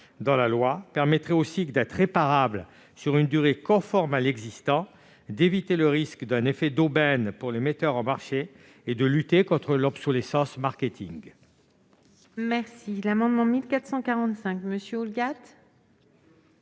dans la loi permettrait aux cycles d'être réparables sur une durée conforme à l'existant, d'éviter le risque d'un effet d'aubaine pour les metteurs en marché et de lutter contre l'obsolescence marketing. L'amendement n° 1445, présenté